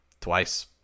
twice